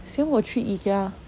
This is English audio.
先我去 ikea